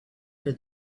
for